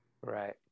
Right